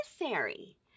necessary